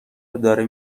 داره